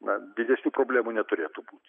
na didesnių problemų neturėtų būti